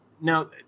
Now